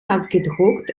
ausgedrückt